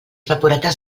paperetes